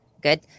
good